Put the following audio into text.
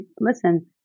listen